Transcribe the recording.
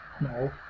no